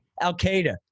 Al-Qaeda